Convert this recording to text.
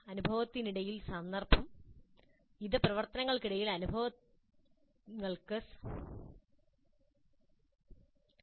ആവശ്യകത എന്താണ്